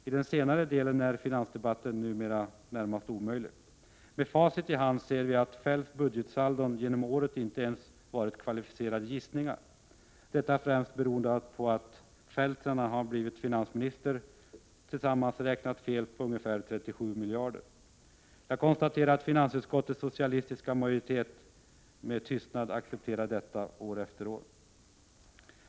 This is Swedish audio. I den senare delen är finansdebatten numera närmast omöjlig. Med facit i hand ser vi att Feldts budgetsaldon genom åren inte ens varit kvalificerade gissningar. Det är främst beroende på att Feldt sedan han blev finansminister sammanlagt har räknat fel på ca 37 miljarder kronor. Jag konstaterar att finansutskottets socialistiska majoritet med tystnad har accepterat detta år efter år.